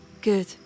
Good